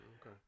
Okay